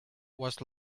was